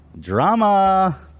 drama